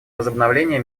возобновления